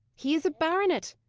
he is a baronet.